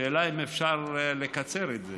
השאלה היא אם אפשר לקצר את זה.